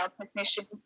technicians